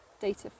data